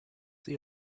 see